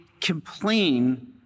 complain